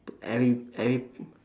every every